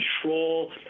control